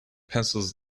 pencils